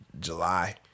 July